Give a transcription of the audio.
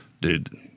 dude